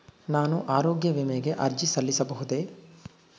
ನಾನು ಆರೋಗ್ಯ ವಿಮೆಗೆ ಅರ್ಜಿ ಸಲ್ಲಿಸಬಹುದೇ?